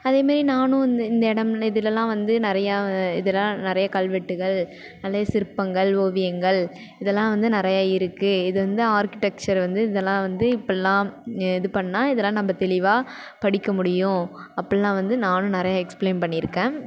அதேமாரி நானும் இந்த இந்த இடம்ல இதிலலாம் வந்து நிறையா இதெல்லாம் நிறையா கல்வெட்டுகள் நல்ல சிற்பங்கள் ஓவியங்கள் இதெல்லாம் வந்து நிறையா இருக்குது இது வந்து ஆர்க்கிடெக்சர் வந்து இதெல்லாம் வந்து இப்பிடில்லாம் இது பண்ணால் இதெல்லாம் நம்ம தெளிவாக படிக்கமுடியும் அப்படிலாம் வந்து நானும் நிறையா எக்ஸ்பிளைன் பண்ணியிருக்கேன்